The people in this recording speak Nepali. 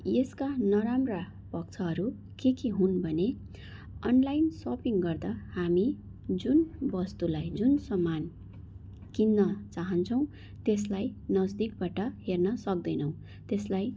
यसका नराम्रा पक्षहरू के के हुन् भने अनलाइन सपिङ गर्दा हामी जुन वस्तुलाई जुन सामान किन्न चाहन्छौँ त्यसलाई नजदिकबाट हेर्न सक्दैनौँ त्यसलाई